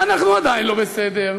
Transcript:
ואנחנו עדיין לא בסדר?